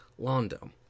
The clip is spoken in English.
londo